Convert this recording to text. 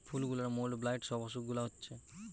ফুল গুলার mould, blight সব অসুখ গুলা হচ্ছে